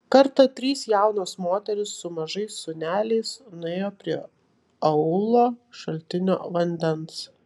kartą trys jaunos moterys su mažais sūneliais nuėjo prie aūlo šaltinio vandens